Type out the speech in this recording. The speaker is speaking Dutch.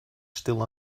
stil